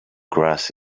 grass